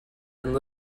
and